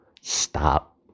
stop